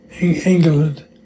England